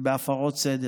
בהפרות סדר.